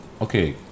okay